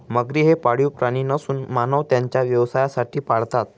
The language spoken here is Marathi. मगरी हे पाळीव प्राणी नसून मानव त्यांना व्यवसायासाठी पाळतात